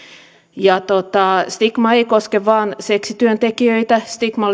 stigma ei ei koske vain seksityöntekijöitä stigma